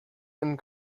and